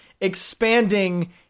expanding